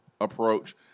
approach